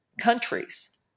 countries